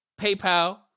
Paypal